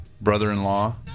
brother-in-law